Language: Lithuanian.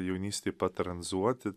jaunystė patranzuoti